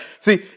See